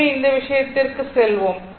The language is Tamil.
எனவே இந்த விஷயத்திற்கு செல்வோம்